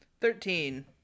Thirteen